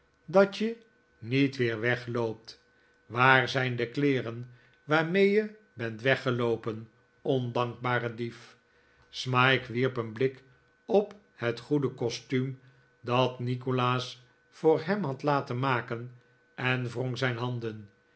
dat je niet weer wegloopt waar zijn de kleeren waarmee je bent weggeloopen ondankbare dief smike wierp een blik op het goede costuum dat nikolaas voor hem had laten maken en wrong zijn handen